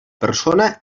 persona